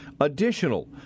additional